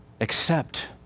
accept